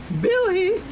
Billy